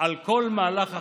על כל מהלך החיים,